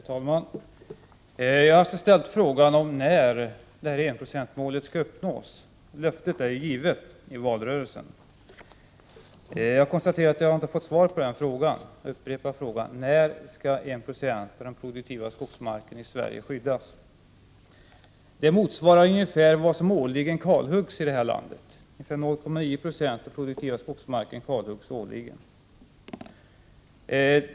Herr talman! Jag har ställt frågan om när enprocentsmålet skall uppnås. Löftet är givet i valrörelsen. Jag konstaterar att jag inte har fått något svar. Jag upprepar därför frågan: När skall 1 90 av den produktiva skogsmarken i Sverige skyddas? Det motsvarar ungefär vad som årligen kalhuggs i det här landet, 0,9 90.